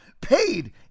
paid